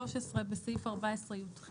"(13)בסעיף 14יח